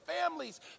families